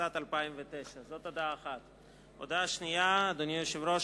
התשס"ט 2009. אדוני היושב-ראש,